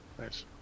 Nice